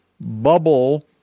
bubble